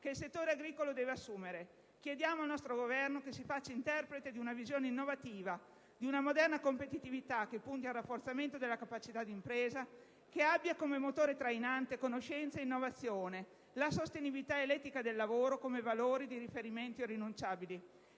che il settore agricolo deve assumere. Chiediamo al nostro Governo che si faccia interprete della visione innovativa di una moderna competitività che punti al rafforzamento della capacità d'impresa, che abbia come motore trainante la conoscenza e l'innovazione e come valori di riferimento irrinunciabili